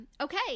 Okay